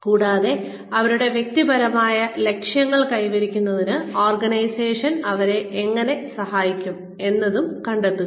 കൂടാതെ അവരുടെ വ്യക്തിപരമായ ലക്ഷ്യങ്ങൾ കൈവരിക്കുന്നതിന് ഓർഗനൈസേഷൻ അവരെ എങ്ങനെ സഹായിക്കും എന്നതും കണ്ടെത്തുക